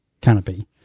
canopy